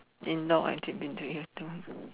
in no I tip into your toe